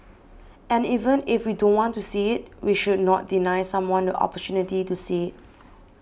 and even if we don't want to see it we should not deny someone the opportunity to see it